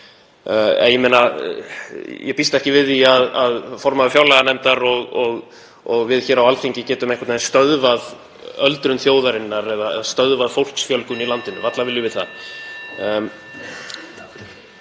Ég býst ekki við því að formaður fjárlaganefndar og við hér á Alþingi getum einhvern veginn stöðvað öldrun þjóðarinnar eða stöðvað fólksfjölgun í landinu. Varla viljum við það.